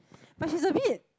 but she's a bit